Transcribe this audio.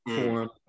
form